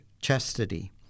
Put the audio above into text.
chastity